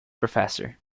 professor